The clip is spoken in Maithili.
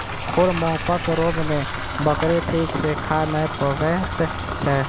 खुर मुँहपक रोग मे बकरी ठीक सॅ खा नै पबैत छै